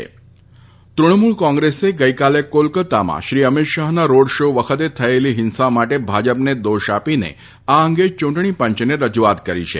દરમિયાન ત્રણમુલ કોંગ્રેસે ગઈકાલે કોલકાતામાં શ્રી અમિત શાહના રોડ શો વખતે થયેલી હિંસા માટે ભાજપને દોષ આપીને આ અંગે ચૂંટણી પંચને રજૂઆત કરી છે